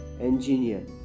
Engineer